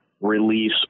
release